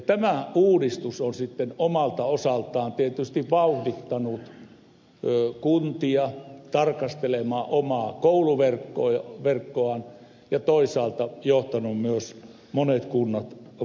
tämä uudistus on sitten omalta osaltaan tietysti vauhdittanut kuntia tarkastelemaan omaa kouluverkkoaan ja toisaalta johtanut myös monet kunnat vaikeuksiin